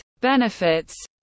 benefits